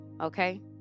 Okay